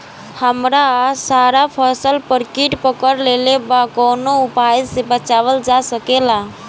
हमर सारा फसल पर कीट पकड़ लेले बा कवनो उपाय से बचावल जा सकेला?